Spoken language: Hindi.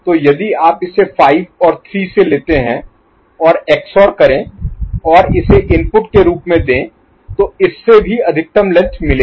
तो यदि आप इसे 5 और 3 से लेते हैं और XOR करें और इसे इनपुट के रूप में दें तो इससे भी अधिकतम लेंथ मिलेगी